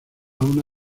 una